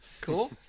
Cool